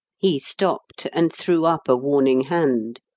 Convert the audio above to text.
he stopped and threw up a warning hand.